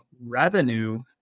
revenue